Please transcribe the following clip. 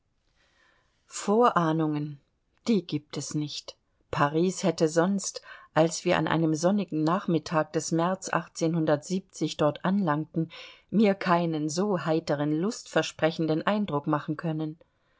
vorahnungen die gibt es nicht paris hätte sonst als wir an einem sonnigen nachmittag des märz dort anlangten mir keinen so heiteren lustversprechenden eindruck machen können